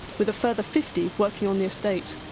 with a further fifty working on the estate,